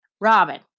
Robin